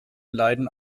leiden